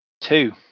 Two